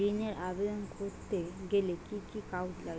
ঋণের আবেদন করতে গেলে কি কি কাগজ লাগে?